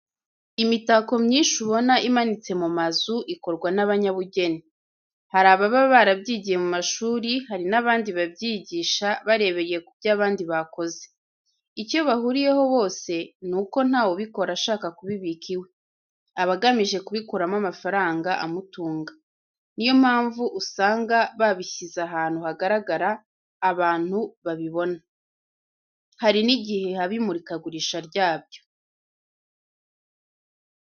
Imitako myinshi ubona imanitse mu mazu ikorwa n'abanyabugeni. Hari ababa barabyigiye mu mashuri, hari n'abandi babyiyigisha barebeye ku ibyo abandi bakoze. Icyo bahuriraho bose, ni uko ntawe ubikora ashaka kubibika iwe. Aba agamije kubikuramo amafaranga amutunga. Ni yo mpamvu usanga babishyize ahantu hagaragara abantu babibona. Hari n'igihe haba imurika gurisha ryabyo.